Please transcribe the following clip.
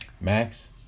Max